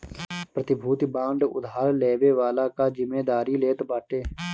प्रतिभूति बांड उधार लेवे वाला कअ जिमेदारी लेत बाटे